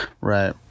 Right